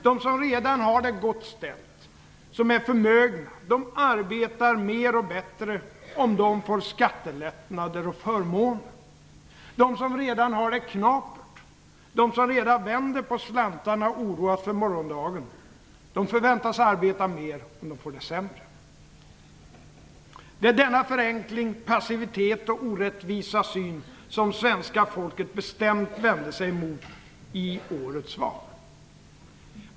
De som redan har det gott ställt, som är förmögna, de arbetar mer och bättre om de får skattelättnader och förmåner. De som redan har det knapert, de som redan vänder på slantarna och oroar sig för morgondagen förväntas arbeta mer om de får det sämre. Det är denna förenkling, passivitet och orättvisa syn som svenska folket bestämt vände sig mot i årets val.